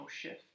shift